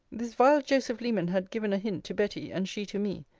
this vile joseph leman had given a hint to betty, and she to me,